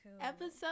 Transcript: Episode